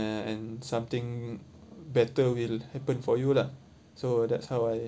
uh and something better will happen for you lah so that's how I